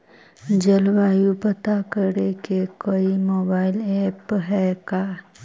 जलवायु पता करे के कोइ मोबाईल ऐप है का?